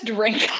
Drink